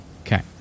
Okay